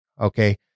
okay